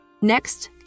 Next